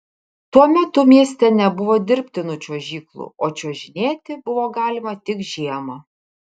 tuo metu mieste nebuvo dirbtinų čiuožyklų o čiuožinėti buvo galima tik žiemą